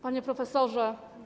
Panie Profesorze!